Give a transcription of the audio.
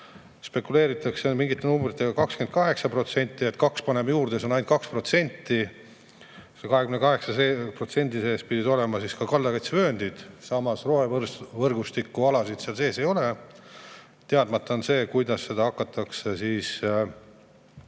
Spekuleeritakse mingite numbritega 28%, et 2% paneme juurde, see on ainult 2%. Selle 28% sees pidid olema ka kaldakaitsevööndid, samas rohevõrgustikualasid seal sees ei ole. Teadmata on see, kuidas seda hakatakse